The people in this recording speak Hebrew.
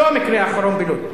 לא המקרה האחרון בלוד,